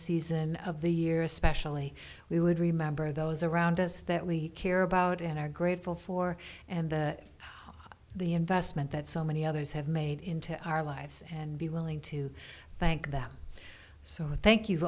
season of the year especially we would remember those around us that we care about and are grateful for and that the investment that so many others have made into our lives and be willing to thank them so i thank you